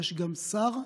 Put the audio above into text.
יש גם שר?